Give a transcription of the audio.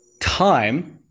time